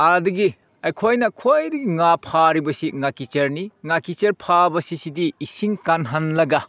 ꯑꯥꯗꯒꯤ ꯑꯩꯈꯣꯏꯅ ꯈ꯭ꯋꯥꯏꯗꯒꯤ ꯉꯥ ꯐꯥꯔꯤꯕꯁꯤ ꯉꯥꯀꯤꯆꯥꯔꯅꯤ ꯉꯥꯀꯤꯆꯥꯔ ꯐꯥꯕꯁꯤ ꯁꯤꯁꯤꯗꯤ ꯏꯁꯤꯡ ꯀꯪꯍꯜꯂꯒ